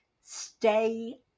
stay